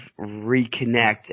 reconnect